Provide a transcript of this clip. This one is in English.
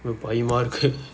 பயமாக இருக்கு:payamaa irukku